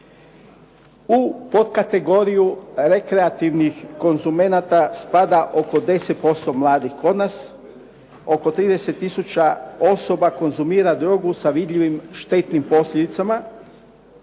U potkategoriju rekreativnih konzumenata spada oko 10% mladih kod nas, oko 30000 osoba konzumira drogu sa vidljivim štetnim posljedicama,